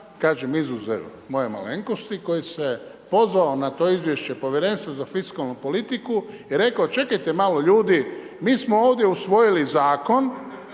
kažem izuzev moje malenkosti koji se pozvao na to izvješće povjerenstva za fiskalnu politiku i rekao čekajte malo ljudi, mi smo ovdje usvojili zakon,